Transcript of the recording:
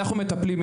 אנחנו מטפלים,